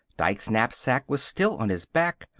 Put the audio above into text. dike's knapsack was still on his back,